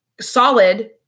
solid